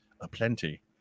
aplenty